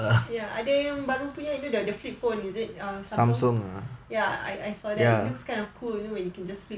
ya ada yang baru punya you know the the flip phone is it err samsung ya I I saw that it looks kind of cool you know you can just